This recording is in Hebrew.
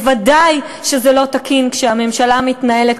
ודאי שזה לא תקין כשהממשלה מתנהלת,